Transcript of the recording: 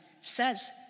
says